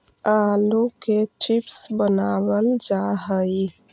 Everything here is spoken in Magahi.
आलू के चिप्स बनावल जा हइ